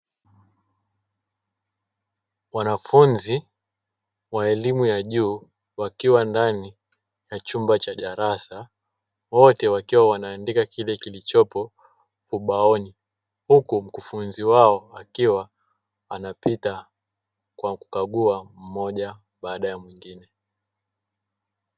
Wanafunzi wa elimu ya juu wakiwa ndani ya chumba cha darasa, wote wakiwa wanaandika kile kilichopo ubaoni huku mkufunzi wao akiwa anapita kwa kukagua mmoja baada ya mwingine.